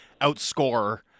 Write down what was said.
outscore